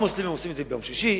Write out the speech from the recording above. המוסלמים עושים את זה ביום שישי,